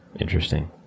Interesting